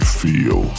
feel